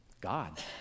God